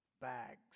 bags